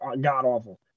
god-awful